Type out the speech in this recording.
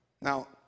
Now